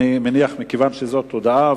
אני מניח שמכיוון שזאת הודעה,